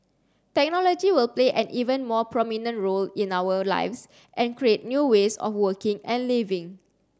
technology will play an even more prominent role in our lives and create new ways of working and living